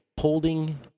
holding